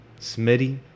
Smitty